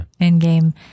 Endgame